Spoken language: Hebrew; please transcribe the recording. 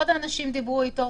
עוד אנשים דיברו איתו.